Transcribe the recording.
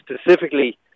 specifically